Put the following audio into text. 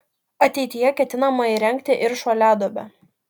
ateityje ketinama įrengti ir šuoliaduobę